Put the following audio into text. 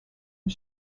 and